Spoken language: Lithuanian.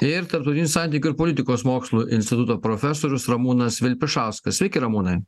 ir tarptautinių santykių ir politikos mokslų instituto profesorius ramūnas vilpišauskas sveiki ramūnai